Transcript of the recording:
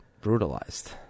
brutalized